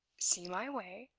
see my way?